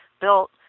built